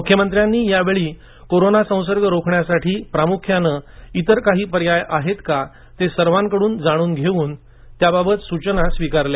मुख्यमंत्र्यांनी यावेळी कोरोना संसर्ग रोखण्यासाठी प्रामुख्याने इतर काही पर्याय आहेत का ते सर्वांकडून जाणून घेवून त्याबाबतच्या सुचना स्वीकारल्या